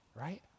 right